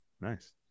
nice